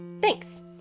Thanks